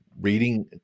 reading